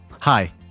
Hi